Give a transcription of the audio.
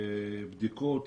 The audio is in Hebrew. בדיקות,